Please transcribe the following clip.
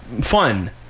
fun